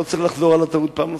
לא צריך לחזור על הטעות פעם נוספת.